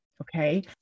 Okay